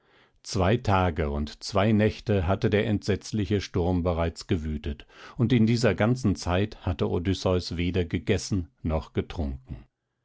zwei tage und zwei nächte hatte der entsetzliche sturm bereits gewütet und in dieser ganzen zeit hatte odysseus weder gegessen noch getrunken